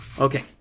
Okay